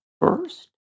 first